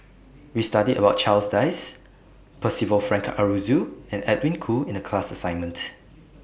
We studied about Charles Dyce Percival Frank Aroozoo and Edwin Koo in The class assignment